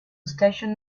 station